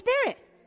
Spirit